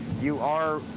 you are,